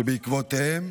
שבעקבותיהם,